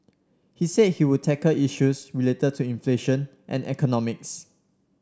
he said he would tackle issues related to inflation and economics